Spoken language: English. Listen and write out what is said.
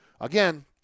again